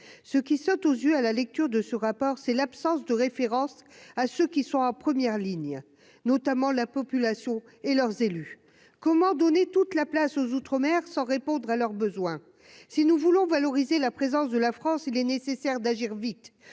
ce qui saute aux yeux à la lecture de ce rapport, c'est l'absence de référence à ceux qui sont en première ligne, notamment la population et leurs élus, comment donner toute la place aux outre-mer sans répondre à leurs besoins, si nous voulons valoriser la présence de la France, il est nécessaire d'agir vite